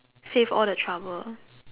save all the trouble